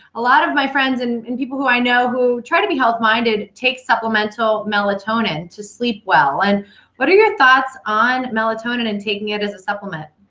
a lot of my friends and and people who i know who try to be health minded take supplemental melatonin to sleep well. and what are your thoughts on melatonin and taking it as a supplement?